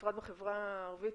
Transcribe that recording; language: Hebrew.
בפרט בחברה הערבית,